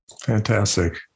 Fantastic